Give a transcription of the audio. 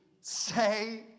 say